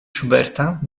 schuberta